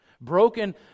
broken